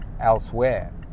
elsewhere